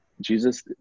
jesus